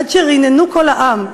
עד שריננו כל העם,